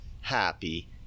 happy